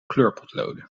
kleurpotloden